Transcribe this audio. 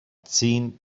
zehn